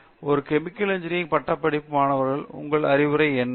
ஒரு chemical engineering பட்டப்படிப்பு மாணவருக்கு உங்கள் அறிவுரையுடைய வார்த்தைகள் என்ன